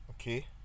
okay